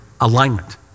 alignment